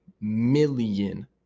million